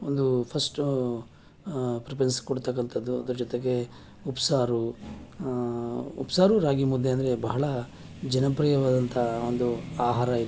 ಒಂದು first preference ಕೊಡ್ತಕ್ಕಂಥದ್ದು ಅದರ ಜೊತೆಗೆ ಉಪ್ಸಾರು ಉಪ್ಸಾರು ರಾಗಿ ಮುದ್ದೆ ಅಂದರೆ ಬಹಳ ಜನಪ್ರಿಯವಾದಂಥ ಒಂದು ಆಹಾರ ಇಲ್ಲಿ